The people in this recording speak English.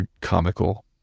comical